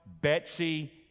Betsy